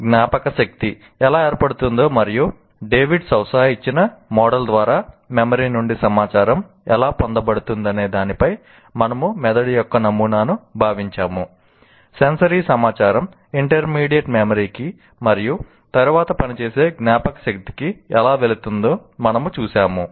జ్ఞాపకశక్తి ఎలా ఏర్పడుతుందో మరియు డేవిడ్ సౌసా కి మరియు తరువాత పని చేసే జ్ఞాపకశక్తికి ఎలా వెళుతుందో మనము చూశాము